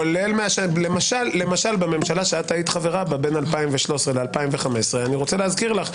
למשל בממשלה שאת היית חברה בה בין 2013 ל-2015 ראש